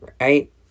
right